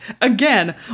again